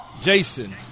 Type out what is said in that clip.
Jason